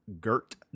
Gert